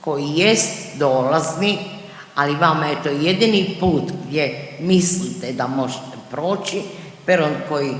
koji jest dolazni, ali vama je to jedini put gdje mislite da možete proći, peron koji